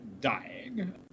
dying